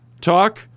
talk